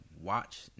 watch